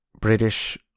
British